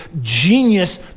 genius